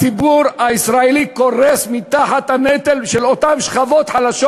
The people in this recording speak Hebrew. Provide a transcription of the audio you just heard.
הציבור הישראלי קורס תחת הנטל של אותן שכבות חלשות.